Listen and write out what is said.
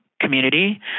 community